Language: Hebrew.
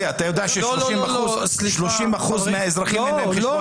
אתה יודע של-30 אחוזים מהאזרחים אין חשבון בנק?